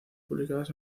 publicadas